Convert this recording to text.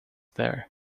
there